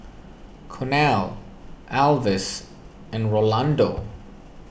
Cornel Alvis and Rolando